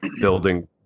building